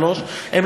שלושה ימים,